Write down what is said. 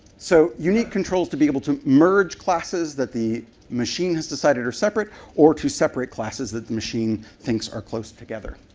so unique controls to be able to merge classes that the machine has decided are separate or to separate classes that the machine thinks are close together.